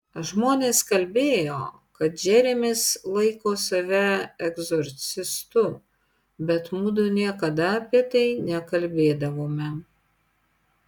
žmonės kalbėjo kad džeremis laiko save egzorcistu bet mudu niekada apie tai nekalbėdavome